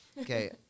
Okay